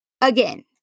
Again